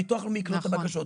הביטוח הלאומי יקלוט את הבקשות.